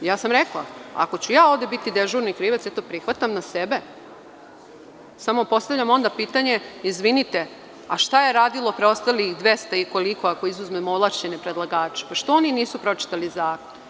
Rekla sam, ako ću ja ovde biti dežurni krivac, ja to prihvatam na sebe, samo postavljam onda pitanje – izvinite, a šta je radilo preostalih dvesta i koliko ako izuzmemo ovlašćene predlagače, što oni nisu pročitali zakon?